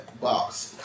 box